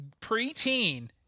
preteen